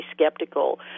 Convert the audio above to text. skeptical